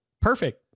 perfect